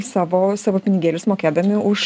savo savo pinigėlius mokėdami už